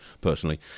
personally